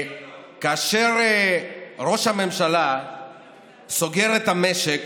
כאשר ראש הממשלה סוגר את המשק